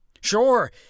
Sure